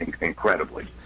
incredibly